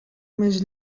més